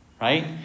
Right